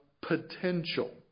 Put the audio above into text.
potential